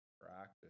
practice